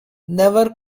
never